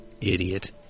Idiot